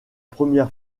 première